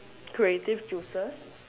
creative juices